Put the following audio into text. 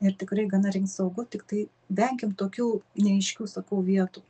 ir tikrai gana rinkt saugu tiktai venkim tokių neaiškių sakau vietų